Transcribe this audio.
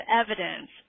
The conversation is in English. evidence